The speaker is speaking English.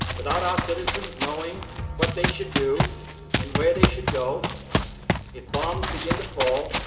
without our citizens knowing what they should do and where they should go if bombs begin to fall,